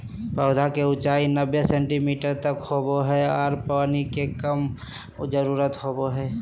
पौधा के ऊंचाई नब्बे सेंटीमीटर तक होबो हइ आर पानी के कम जरूरत होबो हइ